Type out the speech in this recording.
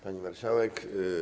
Pani Marszałek!